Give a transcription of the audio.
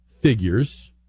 figures